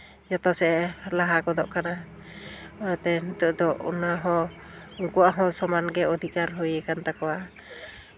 ᱡᱚᱛᱚ ᱥᱮᱫ ᱞᱟᱦᱟ ᱜᱚᱫᱚᱜ ᱠᱟᱱᱟ ᱚᱱᱟᱛᱮ ᱱᱤᱛᱚᱜ ᱫᱚ ᱚᱱᱟ ᱦᱚᱸ ᱩᱱᱠᱩᱣᱟᱜ ᱦᱚᱸ ᱥᱚᱢᱟᱱ ᱜᱮ ᱚᱫᱷᱤᱠᱟᱨ ᱦᱩᱭ ᱠᱟᱱ ᱛᱟᱠᱚᱣᱟ